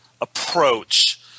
approach